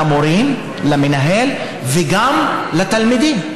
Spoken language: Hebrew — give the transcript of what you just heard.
למורים, למנהל, וגם לתלמידים.